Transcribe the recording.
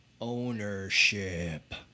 ownership